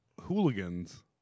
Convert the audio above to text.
hooligans